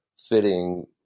fitting